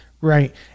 Right